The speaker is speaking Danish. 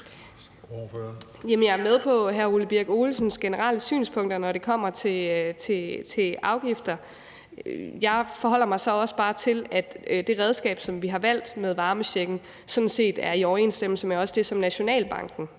jeg er med på hr. Ole Birk Olesens generelle synspunkter, når det kommer til afgifter. Jeg forholder mig så også bare til, at det redskab, som vi har valgt med varmechecken, sådan set er i overensstemmelse med også det, som Nationalbanken